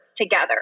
together